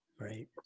Right